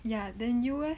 ya then you eh